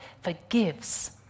forgives